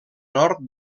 nord